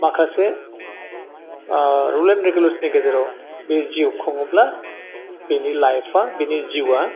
माखासे rule and रिगेलेसननि गेजेराव बे जिउ खुङोब्ला बेनि लाइफआ बेनि जिउआ